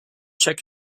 check